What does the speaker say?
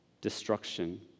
destruction